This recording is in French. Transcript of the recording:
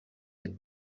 fête